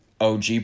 OG